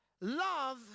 Love